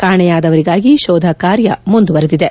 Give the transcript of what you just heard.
ಕಾಣೆಯಾದವರಿಗಾಗಿ ಶೋಧ ಕಾರ್ಯ ಮುಂದುವರೆದಿದೆ